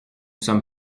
sommes